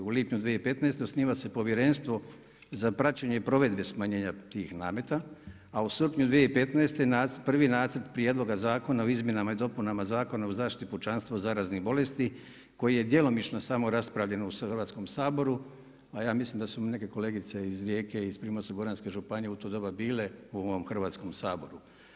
U lipnju 2015. osniva se povjerenstvo za praćenje i provedbe smanjenja tih nameta, u srpnju 2015. prvi nacrt prijedloga Zakona o izmjenama i dopunama Zakona o zaštiti pučanstva od zaraznih bolesti, koji je djelomično samo raspravljen u Hrvatskom saboru, a ja mislim da su mi neke kolegice iz Rijeke iz Primorsko-goranske županije u to doba bile u ovom Hrvatskom saboru.